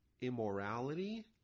immorality